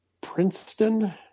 Princeton